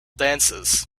dances